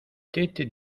tête